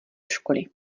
školy